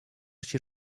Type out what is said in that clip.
się